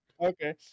okay